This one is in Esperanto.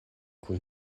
kun